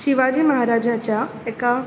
शिवाजी महाराजाच्या एका